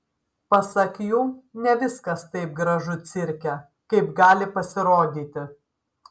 pasak jų ne viskas taip gražu cirke kaip gali pasirodyti